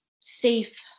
safe